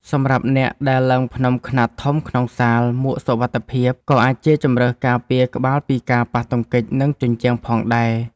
សម្រាប់អ្នកដែលឡើងភ្នំខ្នាតធំក្នុងសាល មួកសុវត្ថិភាព ក៏អាចជាជម្រើសការពារក្បាលពីការប៉ះទង្គិចនឹងជញ្ជាំងផងដែរ។